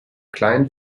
kleinen